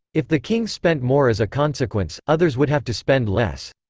if the king spent more as a consequence, others would have to spend less.